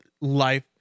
life